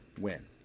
win